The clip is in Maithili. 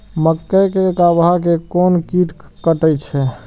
मक्के के गाभा के कोन कीट कटे छे?